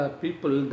people